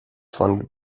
funded